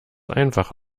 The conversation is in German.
einfach